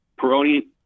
Peroni